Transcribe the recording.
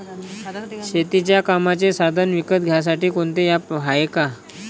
शेतीच्या कामाचे साधनं विकत घ्यासाठी कोनतं ॲप हाये का?